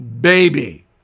Baby